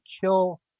kill